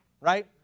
right